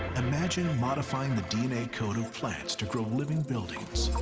imagine modifying the dna code of plants to grow living buildings.